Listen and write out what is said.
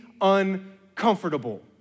uncomfortable